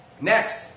next